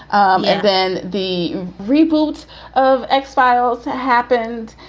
um and then the reboot of x files had happened.